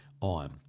on